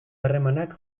harremanak